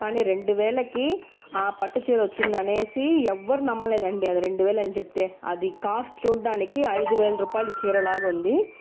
కానీ రెండువేలకి ఆ పట్టు చీర వచ్చిందనేసి ఎవ్వరు నమ్మలేదండి అది రెండు వేలు అని చెప్తే అది కాస్ట్ చూడడానికి ఐదు వేల రూపాయలు చీరలాగా ఉంది